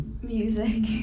Music